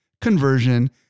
conversion